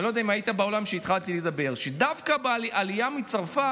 אני לא יודע אם היית באולם כשהתחלתי לומר שדווקא בעלייה מצרפת